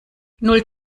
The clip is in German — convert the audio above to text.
null